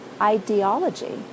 ideology